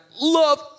Love